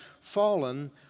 fallen